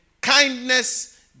kindness